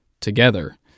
together